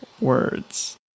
words